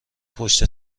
پشت